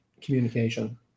communication